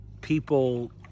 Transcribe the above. people